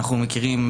אנחנו מכירים,